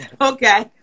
okay